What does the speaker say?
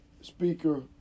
speaker